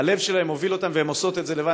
והלב שלהן מוביל אותן, והן עושות את זה לבד.